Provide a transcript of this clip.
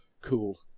cool